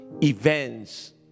events